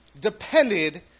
depended